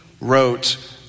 wrote